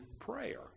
prayer